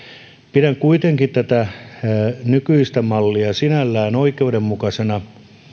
pidän kuitenkin tätä nykyistä mallia sinällään oikeudenmukaisena